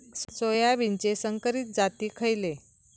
सोयाबीनचे संकरित जाती खयले?